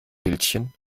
bildchen